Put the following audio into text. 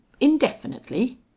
indefinitely